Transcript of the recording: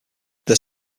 their